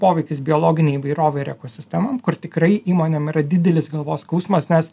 poveikis biologinei įvairovei ir ekosistemam kur tikrai įmonėm yra didelis galvos skausmas nes